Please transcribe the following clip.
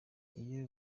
ibyo